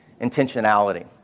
intentionality